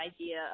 idea